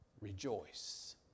Rejoice